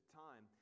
time